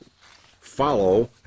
follow